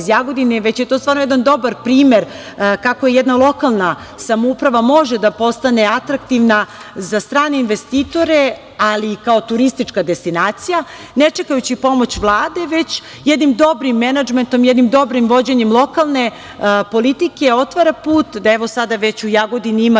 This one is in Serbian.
već je to stvarno jedan dobar primer kako jedna lokalna samouprava može da postane atraktivna za strane investitore, ali i kao turistička destinacija, ne čekajući pomoć Vlade, već jednim dobrim menadžmentom, jednim dobrim vođenjem lokalne politike otvara put. Evo sada već u Jagodini ima